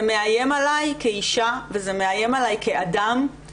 זה מאיים עלי כאישה וזה מאיים עלי כאדם,